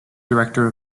director